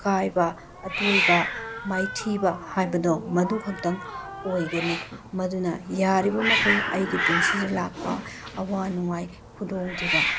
ꯑꯀꯥꯏꯕ ꯑꯇꯣꯏꯕ ꯃꯥꯏꯊꯤꯕ ꯍꯥꯏꯕꯗꯣ ꯃꯗꯨ ꯈꯛꯇꯪ ꯑꯣꯏꯒꯅꯤ ꯃꯗꯨꯅ ꯌꯥꯔꯤꯕ ꯃꯈꯩ ꯑꯩꯒꯤ ꯄꯨꯟꯁꯤꯗ ꯂꯥꯛꯄ ꯑꯋꯥ ꯅꯨꯡꯉꯥꯏ ꯈꯨꯗꯣꯡ ꯊꯤꯕ